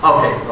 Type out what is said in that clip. Okay